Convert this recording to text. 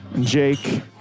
Jake